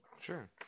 Sure